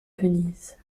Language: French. venise